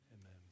amen